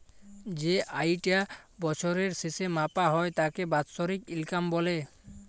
যেই আয়িটা বছরের শেসে মাপা হ্যয় তাকে বাৎসরিক ইলকাম ব্যলে